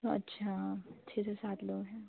अच्छा छः से सात लोग हैं